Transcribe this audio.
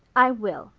i will,